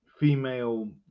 Female